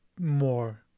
more